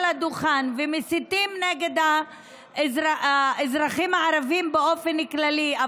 הדוכן ומסיתים נגד האזרחים הערביים באופן כללי,